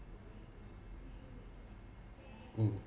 mm